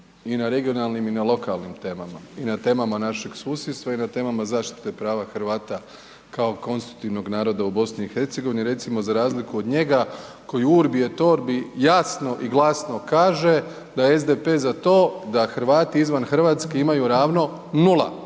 i na regionalnim i na lokalnim temama i na temama našeg susjedstva i na temama zaštite prava Hrvata kao konstitutivnog naroda u BiH, recimo za razliku od njega koji urbi et orbi jasno i glasno kaže da je SDP za to da Hrvati izvan Hrvatske imaju ravno nula